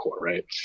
right